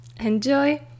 Enjoy